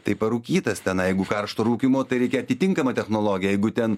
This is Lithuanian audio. tai parūkytas tenai jeigu karšto rūkymo tai reikia atitinkamą technologiją jeigu ten